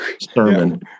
sermon